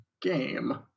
game